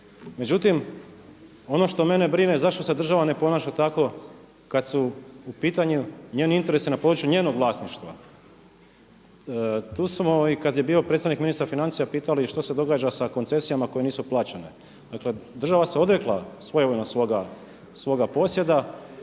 Međutim, ono što mene brine zašto se država ne ponaša tako kad su u pitanju njeni interesi na području njenog vlasništva. Tu smo i kad je bio predstavnik Ministra financija pitali što se događa sa koncesijama koje nisu plaćene. Država se odrekla svoga posjeda